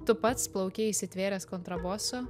tu pats plauki įsitvėręs kontraboso